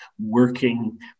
working